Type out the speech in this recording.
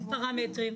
אין פרמטרים,